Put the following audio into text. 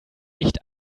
nicht